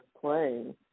playing